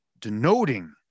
Denoting